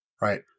Right